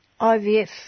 IVF